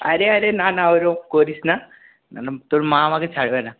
আরে আরে না না ওরকম করিসনা তোর মা আমাকে ছাড়বেনা